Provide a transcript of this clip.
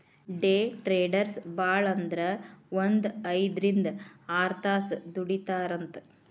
ಡೆ traders ಭಾಳಂದ್ರ ಒಂದ್ ಐದ್ರಿಂದ್ ಆರ್ತಾಸ್ ದುಡಿತಾರಂತ್